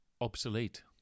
obsolete